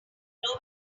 know